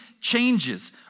changes